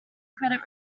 credit